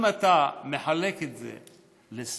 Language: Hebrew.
אם אתה מחלק את זה ל-20,